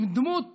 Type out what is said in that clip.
עם דמות